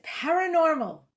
paranormal